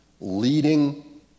leading